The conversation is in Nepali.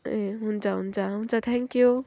ए हुन्छ हुन्छ हुन्छ थ्याङ्कयू